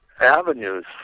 avenues